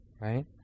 right